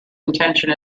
intention